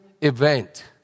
event